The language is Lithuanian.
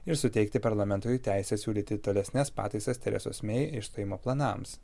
ir suteikti parlamentui teisę siūlyti tolesnes pataisas teresos mei išstojimo planams